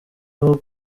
aho